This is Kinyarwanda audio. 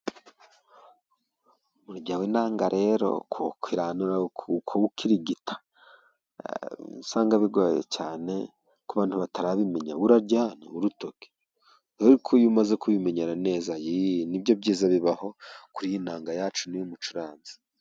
Umurya w'inanga rero kuwu kwiranura kuwukirigita usanga bigoye cyane ku bantu batarabimenya, urarya urutoke ariko iyo umaze kubimenyera neza yi n'ibyo byiza bibaho kuri iyi nanga yacu y' umucuranzi.